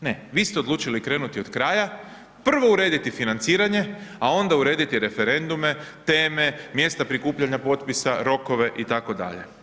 Ne, vi ste odlučili krenuti od kraja, prvo urediti financiranje a onda urediti referendume, teme, mjesta prikupljanja potpisa, rokove itd.